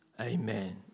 amen